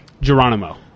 Geronimo